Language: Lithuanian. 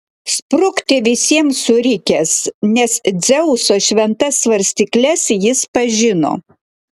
sprukti visiems surikęs nes dzeuso šventas svarstykles jis pažino